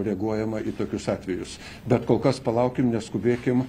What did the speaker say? reaguojama į tokius atvejus bet kol kas palaukim neskubėkim